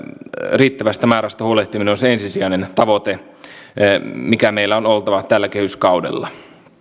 riittävästä määrästä huolehtiminen on se ensisijainen tavoite mikä meillä on oltava tällä kehyskaudella